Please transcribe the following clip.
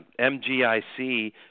MGIC